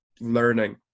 learning